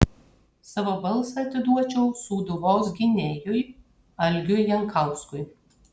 savo balsą atiduočiau sūduvos gynėjui algiui jankauskui